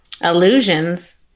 Illusions